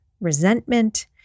resentment